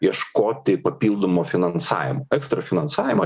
ieškoti papildomo finansavimo ekstra finansavimo